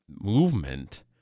movement